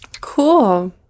Cool